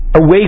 away